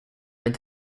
and